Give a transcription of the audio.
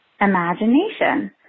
imagination